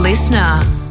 Listener